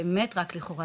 באמת רק לכאורה,